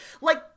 like-